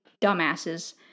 dumbasses